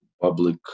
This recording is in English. Public